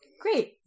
Great